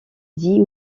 dit